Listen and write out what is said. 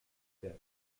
der